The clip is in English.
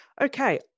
okay